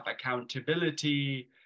accountability